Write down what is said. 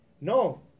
No